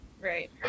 Right